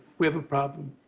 we have a problem.